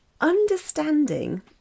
Understanding